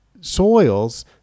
soils